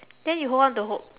then you hold on to hope